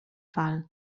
fal